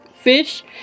fish